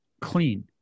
clean